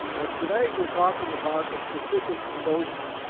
but tonight we're talking about a specific motion,